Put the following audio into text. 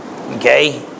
Okay